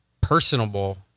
personable